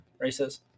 races